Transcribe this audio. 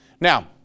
Now